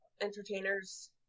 entertainer's